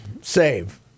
save